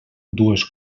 dues